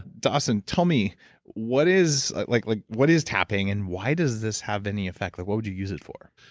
dawson, tell me what is like like what is tapping, and why does this have any effect? like what would you use it for?